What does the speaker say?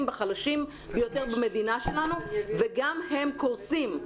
בחלשים ויותר במדינה שלנו וגם הם קורסים.